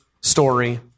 story